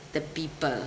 the people